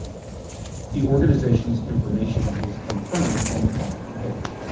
the organization's information is confirmed on the following page.